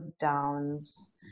downs